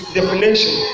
definition